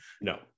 No